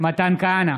מתן כהנא,